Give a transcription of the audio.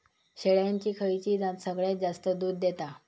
शेळ्यांची खयची जात सगळ्यात जास्त दूध देता?